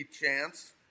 chance